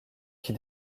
qui